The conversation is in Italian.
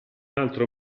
altro